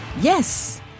Yes